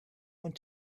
want